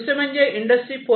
दुसरे म्हणजे इंडस्ट्री 4